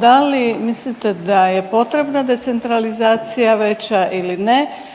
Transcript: Da li mislite da je potrebna decentralizacija veća ili ne